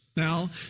Now